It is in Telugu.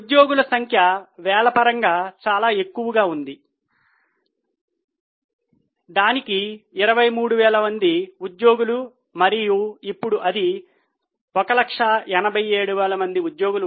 ఉద్యోగుల సంఖ్య వేల పరంగా చాలా ఎక్కువగా ఉంది దాని 23000 మంది ఉద్యోగులు మరియు ఇప్పుడు అది 187000 మంది ఉద్యోగులు